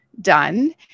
done